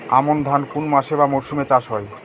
আমন ধান কোন মাসে বা মরশুমে চাষ হয়?